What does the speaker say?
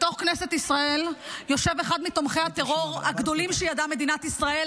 בתוך כנסת ישראל יושב אחד מתומכי הטרור הגדולים שידעה מדינת ישראל,